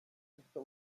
czysto